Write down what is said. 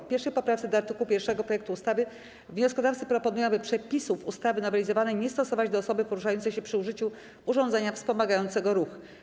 W 1. poprawce do art. 1 projektu ustawy wnioskodawcy proponują, aby przepisów ustawy nowelizowanej nie stosować do „osoby poruszającej się przy użyciu urządzenia wspomagającego ruch”